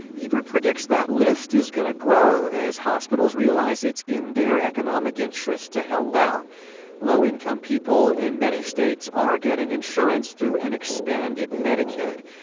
ebert predicts that list is going to grow as hospitals realize it's in their economic interest to help out low income people in many states are getting insurance through an expanded medicaid,